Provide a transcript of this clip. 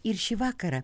ir šį vakarą